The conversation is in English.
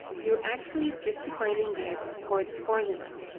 you're actually just defining it for the formula.